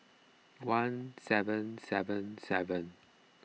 one seven seven seven